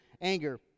anger